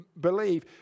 believe